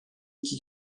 iki